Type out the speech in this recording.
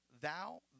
thou